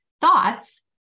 thoughts